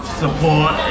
support